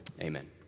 Amen